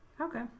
Okay